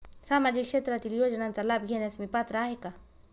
सामाजिक क्षेत्रातील योजनांचा लाभ घेण्यास मी पात्र आहे का?